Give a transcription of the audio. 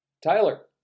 Tyler